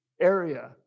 area